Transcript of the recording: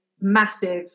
massive